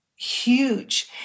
huge